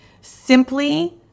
Simply